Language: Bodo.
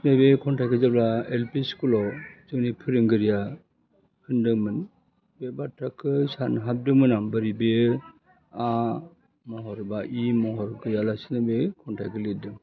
नैबे खन्थाइखौ जेब्ला एलपि स्कुलाव जोंनि फोरोंगोरिआ होनदोंमोन बे बाथ्राखो सानहाबदोंमोन बोरै बे महर बा इ महर गैयालासिनो बे खन्थाइखौ लिरदों